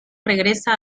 regresa